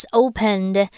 opened